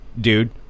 dude